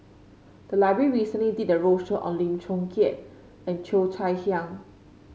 the library recently did a roadshow on Lim Chong Keat and Cheo Chai Hiang